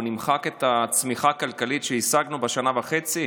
אנחנו נמחק את הצמיחה הכלכלית שהשגנו בשנה וחצי?